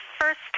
first